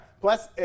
Plus